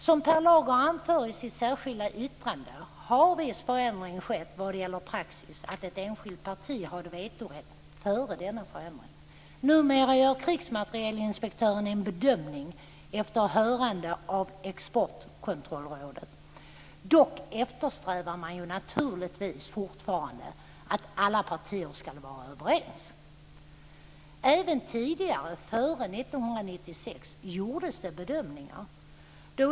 Som Per Lager anför i sitt särskilda yttrande har viss förändring skett vad gäller praxis att ett enskilt parti hade vetorätt före denna förändring. Numera gör krigsmaterielinspektören en bedömning efter hörande av Exportkontrollrådet. Dock eftersträvar man naturligtvis fortfarande att alla partier skall vara överens. Även tidigare, före 1996, gjordes det bedömningar.